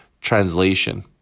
translation